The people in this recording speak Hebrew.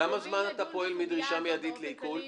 כמה זמן אתה פועל מדרישה מידית לעיקול?